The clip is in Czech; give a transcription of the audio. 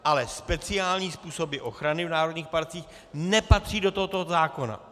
Ale speciální způsoby ochrany v národních parcích nepatří do tohoto zákona.